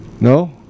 No